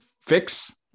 fix